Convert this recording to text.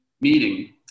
meeting